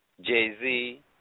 Jay-Z